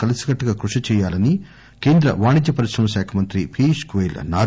కలిసికట్టుగా కృషి చేయాలని కేంద్ర వాణిజ్య పరిశ్రమల శాఖ మంత్రి పియూష్ గోయల్ అన్నారు